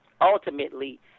ultimately